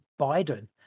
Biden